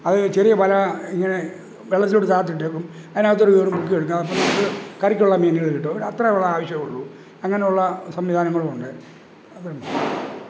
അത് ചെറിയ വല ഇങ്ങനെ വെള്ളത്തിലോട്ട് താഴ്ത്തിയിട്ടേക്കും അതിനകത്തോട്ടുകയറി മുക്കിയെടുക്കാം അപ്പം നമുക്ക് കറിക്കുള്ള മീനുകൾ കിട്ടും ഒരു അത്രയുള്ള ആവശ്യമേ ഉള്ളു അങ്ങനെയുള്ള സംവിധാനങ്ങളുമുണ്ട് അതുണ്ട്